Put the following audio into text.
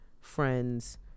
friends